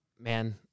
man